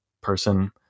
person